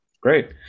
Great